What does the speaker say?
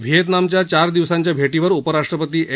व्हिएतनामच्या चार दिवसांच्या भेटीवर उपराष्ट्रपती एम